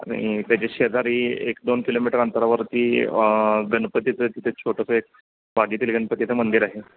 आणि त्याच्या शेजारी एक दोन किलोमीटर अंतरावरती गणपतीचं तिथे छोटंसं एक वाडीतील गणपतीचं मंदिर आहे